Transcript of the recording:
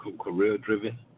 career-driven